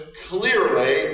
clearly